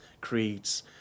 creeds